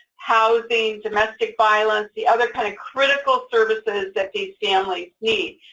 housing, domestic violence, the other kind of critical services that these families need.